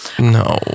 No